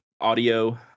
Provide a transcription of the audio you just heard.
audio